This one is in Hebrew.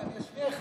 אני אשמיע לך.